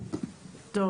בוקר טוב.